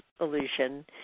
illusion